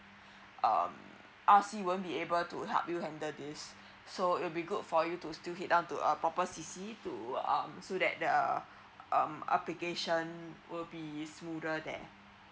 um R_C won't be able to help you handle this so it will be good for you to still head down to a proper C_C to um so that the um application will be smoother than